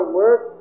work